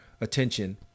attention